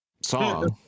song